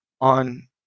on